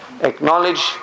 acknowledge